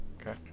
Okay